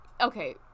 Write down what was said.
okay